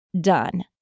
done